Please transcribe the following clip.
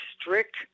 strict